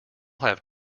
have